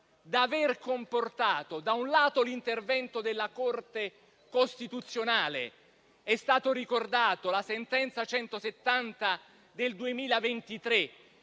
da aver comportato, da un lato, l'intervento della Corte costituzionale (è stata ricordata la sentenza n. 170 del 2023,